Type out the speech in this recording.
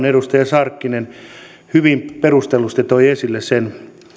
edustaja sarkkinen hyvin perustellusti toi esille sen